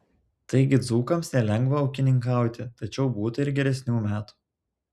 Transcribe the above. taigi dzūkams nelengva ūkininkauti tačiau būta ir geresnių metų